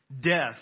Death